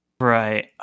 Right